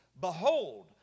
Behold